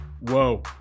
Whoa